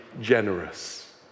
generous